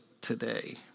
today